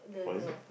oh is it